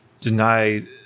deny